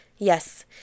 Yes